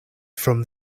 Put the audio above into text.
from